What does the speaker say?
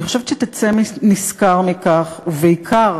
אני חושבת שתצא נשכר מכך, ובעיקר